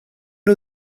nhw